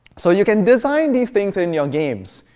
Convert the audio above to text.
so you can design these things in your games,